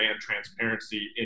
transparency